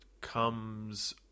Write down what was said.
comes